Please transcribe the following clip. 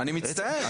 אני מצטער.